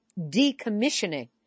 decommissioning